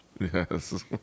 yes